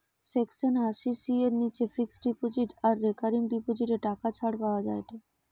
section আশি C এর নিচে ফিক্সড ডিপোজিট আর রেকারিং ডিপোজিটে টাকা ছাড় পাওয়া যায়েটে